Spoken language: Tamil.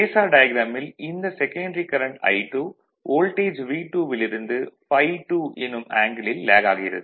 பேஸார் டயாக்ராமில் இந்த secondary current I2 voltage V2 வில் இருந்து ∅2 எனும் ஆங்கிளில் லேக் ஆகிறது